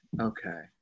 Okay